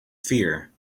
fear